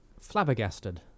flabbergasted